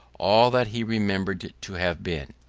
all that he remembered to have been.